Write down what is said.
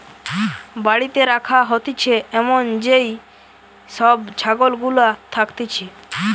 বাড়িতে রাখা হতিছে এমন যেই সব ছাগল গুলা থাকতিছে